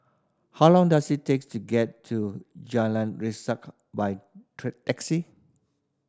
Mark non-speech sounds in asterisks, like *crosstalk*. how long does it takes to get to Jalan Resak by *unintelligible* taxi